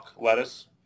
lettuce